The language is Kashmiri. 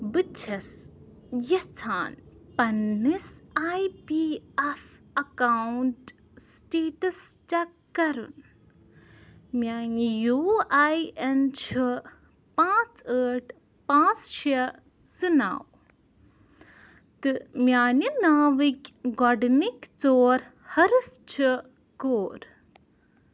بہٕ چھَس یَژھان پنٛنِس I P F account status check کَرُن میٛانہِ یوٗ آی اٮ۪ن چھُ پانٛژھ ٲٹھ پانٛژھ شےٚ زٕ نَو تہٕ میٛانہِ ناوٕکۍ گۄڈٕنِکۍ ژور حرف چھِ کور